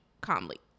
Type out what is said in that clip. Calmly